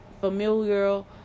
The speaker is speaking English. familial